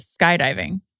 skydiving